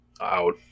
out